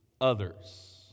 others